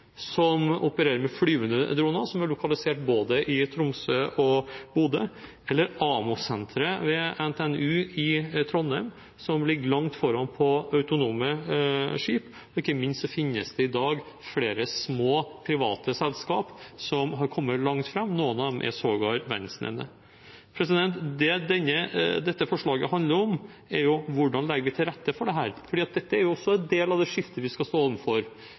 ved NTNU i Trondheim, som ligger langt foran på autonome skip. Og ikke minst finnes det i dag flere små, private selskap som har kommet langt – noen av dem er sågar verdensledende. Det dette forslaget handler om, er: Hvordan legge til rette for dette? For dette er også en del av det skiftet vi skal stå